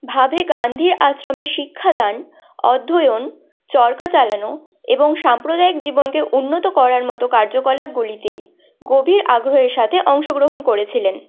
ভাবে গান্ধীর আশ্রমে শিক্ষাদান অধ্যয়ন চরকা চালানো এবং সাম্প্রদায়িক জীবনকে উন্নত করার মতো কার্যকলাপগুলিতে গভীর আগ্রহের সাথে অংশগ্রহণ করেছিলেন